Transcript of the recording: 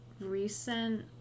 recent